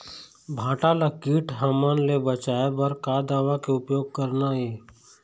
भांटा ला कीट हमन ले बचाए बर का दवा के उपयोग करना ये?